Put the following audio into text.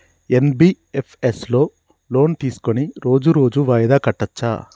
NBFS లో loan తీస్కొని రోజు రోజు వాయిదా కట్టచ్ఛా?